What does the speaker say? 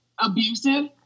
abusive